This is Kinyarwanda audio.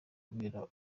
bareba